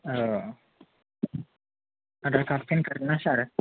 औ